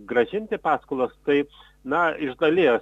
grąžinti paskolas tai na iš dalies